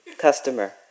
Customer